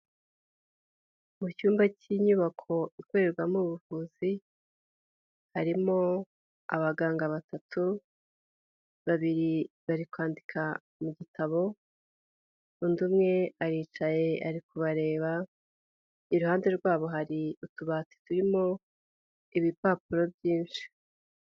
Mu cyumba cy'inyubako ikorerwamo ubuvuzi harimo, abaganga batatu, babiri bari kwandika mu gitabo, undi umwe aricaye ari kubareba, iruhande rwabo hari utubati turimo ibipapuro byinshi.